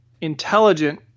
intelligent